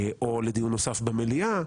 או לדיון נוסף במליאה,